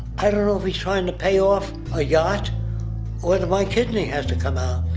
i don't know if he's trying to pay off a yacht or that my kidney has to come out.